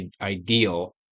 ideal